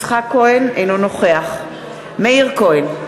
אינו נוכח מאיר כהן,